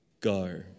Go